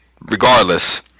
regardless